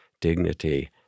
dignity